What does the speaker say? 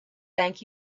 thank